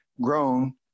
grown